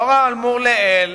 לאור האמור לעיל